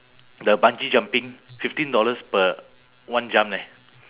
the bungee jumping fifteen dollars per one jump leh